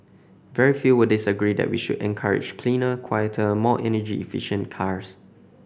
very few will disagree that we should encourage cleaner quieter more energy efficient cars